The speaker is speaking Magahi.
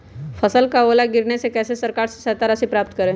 फसल का ओला गिरने से कैसे सरकार से सहायता राशि प्राप्त करें?